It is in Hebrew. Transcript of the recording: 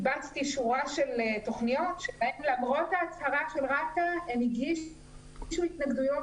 יש שורה של תוכניות שלמרות ההצהרה של רת"ע הם הגישו התנגדויות